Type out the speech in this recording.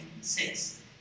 six